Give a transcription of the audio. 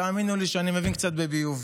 תאמינו לי שאני מבין קצת בביוב.